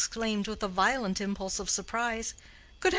and exclaimed with a violent impulse of surprise,